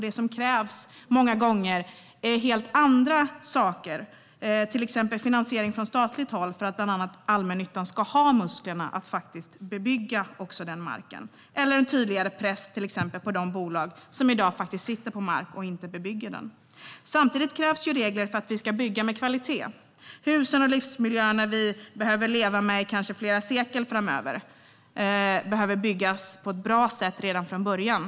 Det som krävs är många gånger helt andra saker, till exempel finansiering från statligt håll, för att bland annat allmännyttan ska ha musklerna att bebygga den marken, och en tydligare press på de bolag som i dag sitter på mark men inte bebygger den. Samtidigt krävs regler för att vi ska bygga med kvalitet. Husen och livsmiljöerna vi ska leva med i kanske flera sekler framöver behöver byggas på ett bra sätt redan från början.